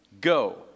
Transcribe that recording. Go